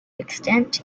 extent